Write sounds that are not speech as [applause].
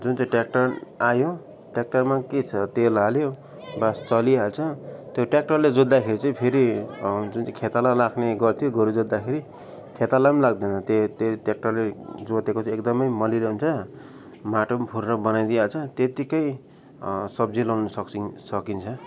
जुन चाहिँ ट्र्याक्टर आयो ट्र्याक्टरमा के छ तेल हाल्यो बास चलिहाल्छ त्यो ट्र्याक्टरले जोत्दाखेरि चाहिँ फेरि जुन चाहिँ खेताला लाग्ने गर्थ्यो गोरु जोत्दाखेरि खेताला पनि लाग्दैन त्यही त्यही ट्र्याक्टरले जोतेको चाहिँ एकदम मलिलो हुन्छ माटो पनि फुर्र बनाइदिइहाल्छ त्यत्तिकै सब्जी लाउनु [unintelligible] सकिन्छ